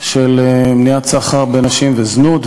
הוועדה למניעת סחר בנשים וזנות.